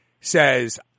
says